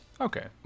Okay